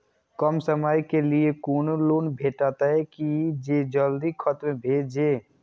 कम समय के लीये कोनो लोन भेटतै की जे जल्दी खत्म भे जे?